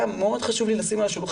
גם מאוד חשוב לי לשום את זה על השולחן,